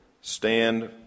stand